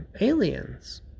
aliens